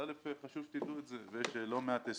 ראשית, חשוב שתדעו את זה ויש לא מעט סוגיות.